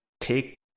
take